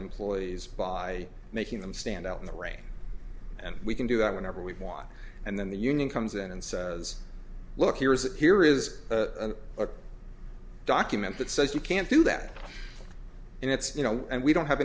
employees by making them stand out in the rain and we can do that when ever we want and then the union comes in and says look here is here is a document that says you can't do that and it's you know and we don't have